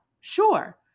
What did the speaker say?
sure